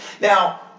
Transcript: Now